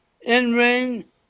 in-ring